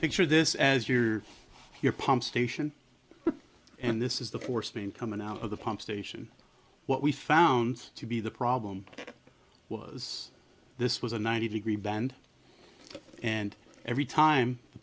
picture this as your here pump station and this is the force plane coming out of the pump station what we found to be the problem was this was a ninety degree bend and every time the